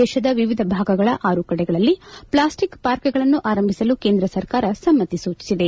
ದೇಶದ ವಿವಿಧ ಭಾಗಗಳ ಆರು ಕಡೆಗಳಲ್ಲಿ ಪ್ಲಾಸ್ಟಿಕ್ ಪಾರ್ಕ್ಗಳನ್ನು ಆರಂಭಿಸಲು ಕೇಂದ್ರ ಸರ್ಕಾರ ಸಮ್ಮತಿ ಸೂಚಿಸಿದೆ